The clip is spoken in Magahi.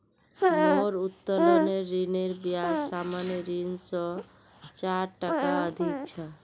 मोर उत्तोलन ऋनेर ब्याज सामान्य ऋण स चार टका अधिक छ